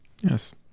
yes